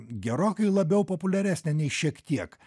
gerokai labiau populiaresnė nei šiek tiek